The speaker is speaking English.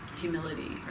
humility